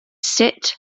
sut